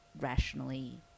rationally